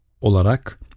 olarak